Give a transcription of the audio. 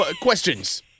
Questions